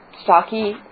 stocky